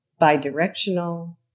bidirectional